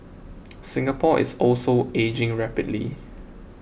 Singapore is also ageing rapidly